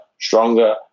stronger